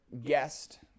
guest